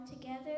together